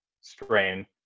strain